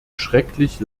schrecklich